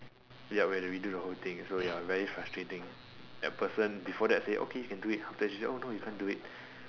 ya we had to redo the whole thing so ya very frustrating that person before that say okay you can do it after that she say oh no you can't do it